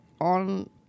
on